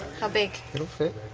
how big? it'll fit.